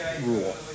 rule